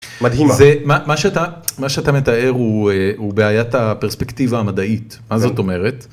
מה שאתה מתאר הוא בעיית הפרספקטיבה המדעית מה זאת אומרת.